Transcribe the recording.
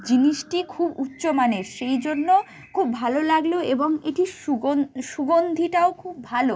জিনিসটি খুব উচ্চমানের সেই জন্য খুব ভালো লাগলো এবং এটি সুগন সুগন্ধিটাও খুব ভালো